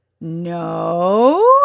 No